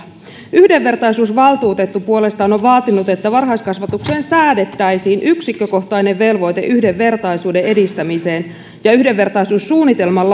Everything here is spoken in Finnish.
yhdenvertaisuusvaltuutettu puolestaan on vaatinut että varhaiskasvatukseen säädettäisiin yksikkökohtainen velvoite yhdenvertaisuuden edistämiseen ja yhdenvertaisuussuunnitelman